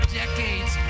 decades